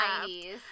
90s